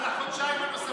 על החודשיים הנוספים.